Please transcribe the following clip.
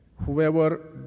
Whoever